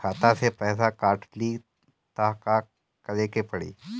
खाता से पैसा काट ली त का करे के पड़ी?